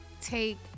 take